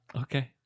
Okay